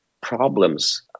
problems